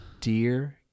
Dear